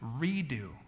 redo